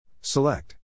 Select